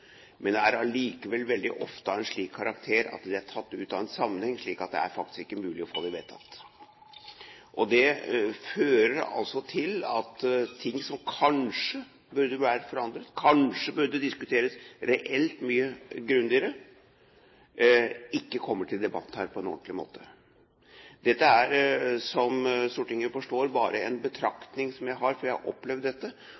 Men det er allikevel ofte av en slik karakter at det er tatt ut av en sammenheng, slik at det faktisk ikke er mulig å få det vedtatt. Det fører altså til at ting som kanskje burde vært forandret og kanskje burde diskuteres reelt mye grundigere, ikke kommer til debatt her på en ordentlig måte. Dette er, som Stortinget forstår, bare en betraktning, for jeg har opplevd dette.